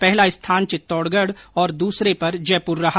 पहला स्थान चित्तौडगढ और दूसरे पर जयपुर रहा